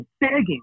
begging